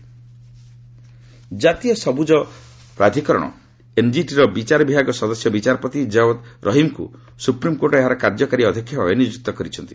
SC NGT ଜାତୀୟ ସବୁଜ ନ୍ୟାୟାଧିକରଣ ଏନଜିଟିର ବିଚାର ବିଭାଗୀୟ ସଦସ୍ୟ ବିଚାରପତି କୱାଦ ରହିମଙ୍କୁ ସୁପ୍ରିମକୋର୍ଟ ଏହାର କାର୍ଯ୍ୟକାରୀ ଅଧ୍ୟକ୍ଷ ଭାବେ ନିଯୁକ୍ତ କରିଛନ୍ତି